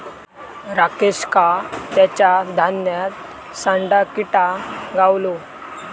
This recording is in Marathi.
राकेशका तेच्या धान्यात सांडा किटा गावलो